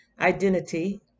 Identity